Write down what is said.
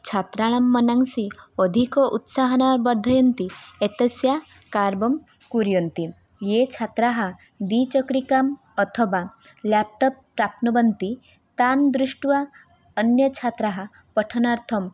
छात्राणां मनांसि अधिक उत्साहनं वर्धयन्ति एतस्य कार्यं कुर्वन्ति ये छात्राः द्विचक्रिकां अथवा लेप्टाप् प्राप्नुवन्ति तान् दृष्ट्वा अन्यच्छात्राः पठनार्थं